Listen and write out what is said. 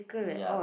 yup